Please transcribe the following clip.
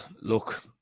look